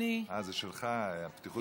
אה, זה שלך, הבטיחות בדרכים.